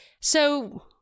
So-